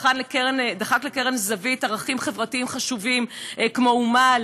שדחק לקרן זווית ערכים חברתיים חשובים כמו אומה,